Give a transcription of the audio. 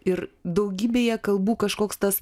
ir daugybėje kalbų kažkoks tas